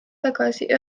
tagasi